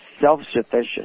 self-sufficient